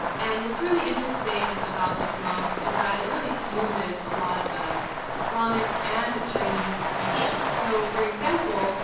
and what's really interesting about this mosque is that it really fuses a lot of islamic and chinese ideas. so for example,